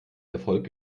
erfolg